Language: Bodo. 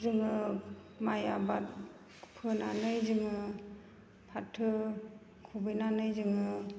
जोङो माइ आबाद फोनानै जोङो फाथो खुबैनानै जोङो